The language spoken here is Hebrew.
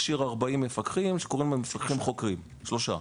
הכשיר 40 מפקחים שקוראים להם "מפקחים חוקרים" שלושה.